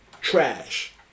trash